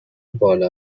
بالا